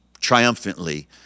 triumphantly